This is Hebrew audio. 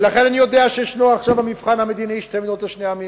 ולכן אני יודע שעכשיו יש המבחן המדיני של שתי מדינות לשני עמים,